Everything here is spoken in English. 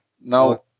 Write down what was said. Now